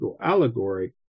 allegory